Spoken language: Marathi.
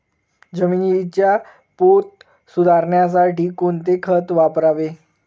जमिनीचा पोत सुधारण्यासाठी कोणते खत वापरावे?